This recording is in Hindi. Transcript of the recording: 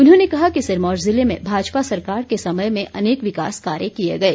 उन्होंने कहा कि सिरमौर जिले में भाजपा सरकार के समय में अनेक विकास कार्य किए गए